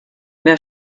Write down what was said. wer